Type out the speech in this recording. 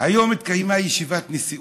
היום התקיימה ישיבת נשיאות,